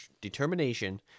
determination